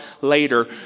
later